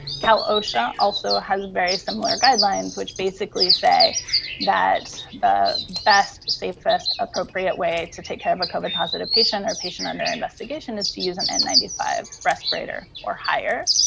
cal osha also has very similar guidelines, which basically say that the best safest, appropriate way to take care of a covid positive patient or patient under investigation is to use an n nine five respirator or higher.